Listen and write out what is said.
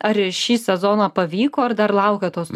ar šį sezoną pavyko ar dar laukia tos